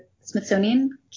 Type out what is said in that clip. Smithsonian